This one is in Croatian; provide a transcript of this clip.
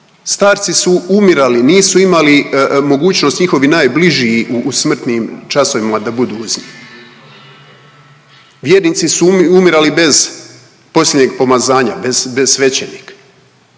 Starci su umirali, nisu imali mogućnost njihovi najbliži u smrtnim časovima da budu uz njih. Vjernici su umirali bez posljednjeg pomazanja, bez, bez svećenika.